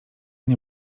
nie